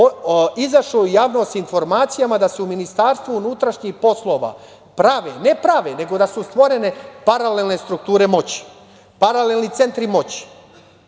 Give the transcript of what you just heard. izašao u javnost sa informacijama da su u Ministarstvu unutrašnjih poslova, prave, ne prave, nego da su stvorene paralelne strukture moći, paralelni centri moći,